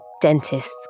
dentists